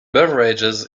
beverages